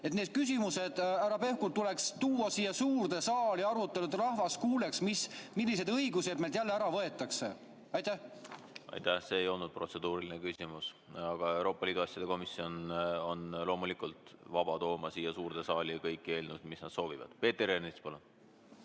Need küsimused, härra Pevkur, tuleks tuua siia suurde saali arutelule, et rahvas kuuleks, millised õigused meilt jälle ära võetakse. Aitäh! See ei olnud protseduuriline küsimus. Aga Euroopa Liidu asjade komisjon on loomulikult vaba tooma siia suurde saali kõiki eelnõusid, mis nad soovivad. Peeter Ernits, palun!